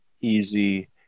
easy